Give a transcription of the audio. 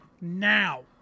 now